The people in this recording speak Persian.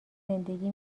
زندگی